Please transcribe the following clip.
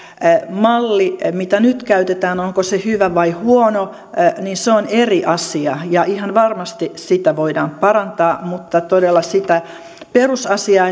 malli mitä nyt käytetään hyvä vai huono on eri asia ja ihan varmasti sitä voidaan parantaa mutta todella sitä perusasiaa